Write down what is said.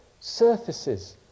surfaces